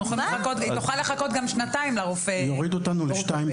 היא תוכל לחכות גם שנתיים לרופא אורתופד.